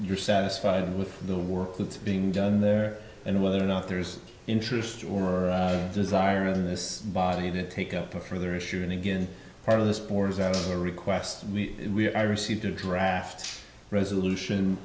you're satisfied with the work that's being done there and whether or not there's interest or desire in this body to take up a further issue and again part of this pours out of the request we have i received a draft resolution